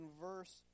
verse